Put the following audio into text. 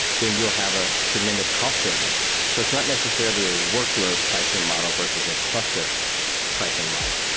then you will have a tremendous cost savings. so it's not necessarily a workload pricing model versus a cluster pricing model.